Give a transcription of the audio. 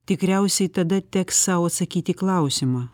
tikriausiai tada teks sau atsakyti į klausimą